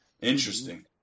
Interesting